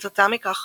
כתוצאה מכך,